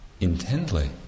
intently